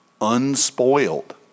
unspoiled